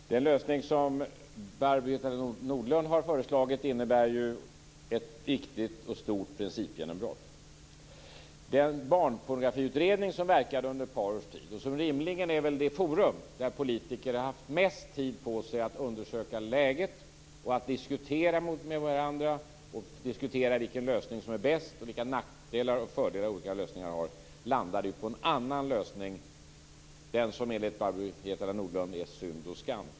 Den lösning som Barbro Hietala Nordlund har föreslagit innebär ett viktigt och stort principgenombrott. Den barnpornografiutredning som verkade under ett par års tid är väl rimligen det forum där politiker har haft haft mest tid på sig att undersöka läget, att diskutera med varandra om vilken lösning som är bäst och vilka nackdelar och fördelar olika lösningar har landade ju på en annan lösning - den som enligt Barbro Hietala Nordlund är synd och skam.